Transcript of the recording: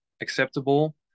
acceptable